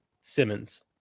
Simmons